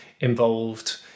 involved